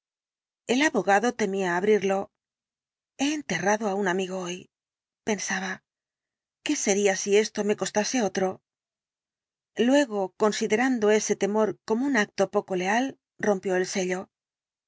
el abogado temía abrirlo he enterrado á un amigo hoy pensaba qué sería si esto me costase otro luego considerando ese temor como un acto poco leal rompió el sello